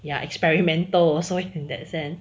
ya experimental also in that sense